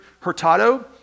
Hurtado